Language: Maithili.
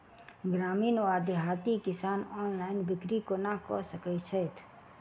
ग्रामीण वा देहाती किसान ऑनलाइन बिक्री कोना कऽ सकै छैथि?